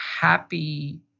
happy